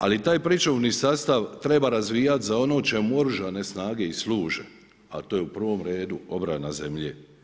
Ali taj pričuvni sastav treba razvijati za ono čemu Oružane snage i služe, a to je u prvom redu obrana zemlje.